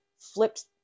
flipped